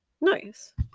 nice